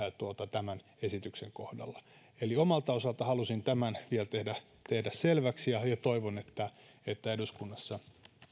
tämän esityksen kohdalla eli omalta osaltani halusin tämän vielä tehdä tehdä selväksi toivon että että eduskunnassa